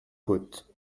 côte